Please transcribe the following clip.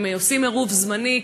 זה עירוב זמני,